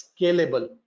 scalable